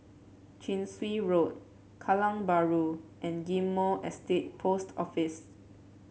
Chin Swee Road Kallang Bahru and Ghim Moh Estate Post Office